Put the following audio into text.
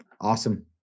Awesome